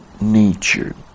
nature